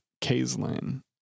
Kayslyn